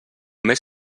més